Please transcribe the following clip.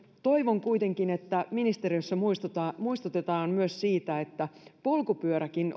toivon kuitenkin että ministeriössä muistutetaan muistutetaan myös siitä että polkupyöräkin